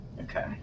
Okay